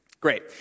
Great